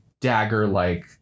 dagger-like